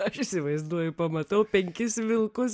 aš įsivaizduoju pamatau penkis vilkus